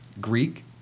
Greek